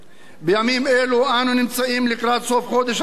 בימים אלו אנו נמצאים לקראת סוף חודש הצום,